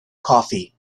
coffee